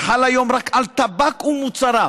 שחל היום רק על טבק ומוצריו,